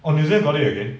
orh new zealand got it again